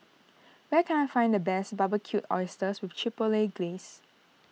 where can I find the best Barbecued Oysters with Chipotle Glaze